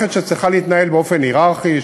זה עניין של מערכת שצריכה להתנהל באופן הייררכי,